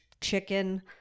chicken